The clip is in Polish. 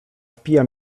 wpija